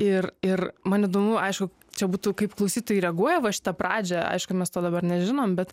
ir ir man įdomu aišku čia būtų kaip klausytojai reaguoja va šitą pradžią aišku mes to dabar nežinom bet